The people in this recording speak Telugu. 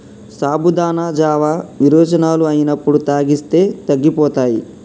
సాబుదానా జావా విరోచనాలు అయినప్పుడు తాగిస్తే తగ్గిపోతాయి